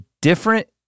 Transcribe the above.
different